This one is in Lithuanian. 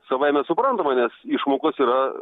savaime suprantama nes išmokos yra